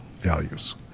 values